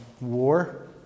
war